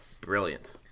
brilliant